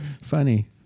Funny